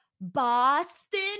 Boston